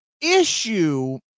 Issue